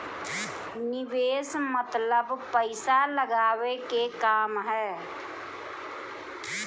निवेस मतलब पइसा लगावे के काम